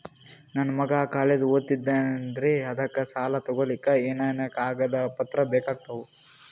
ನನ್ನ ಮಗ ಕಾಲೇಜ್ ಓದತಿನಿಂತಾನ್ರಿ ಅದಕ ಸಾಲಾ ತೊಗೊಲಿಕ ಎನೆನ ಕಾಗದ ಪತ್ರ ಬೇಕಾಗ್ತಾವು?